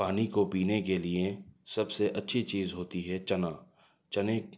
پانی کو پینے کے لئے سب سے اچھی چیز ہوتی ہے چنا چنے